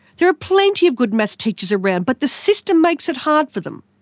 there are plenty of good maths teachers around but the system makes it hard for them.